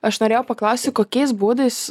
aš norėjau paklausti kokiais būdais